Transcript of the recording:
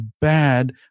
bad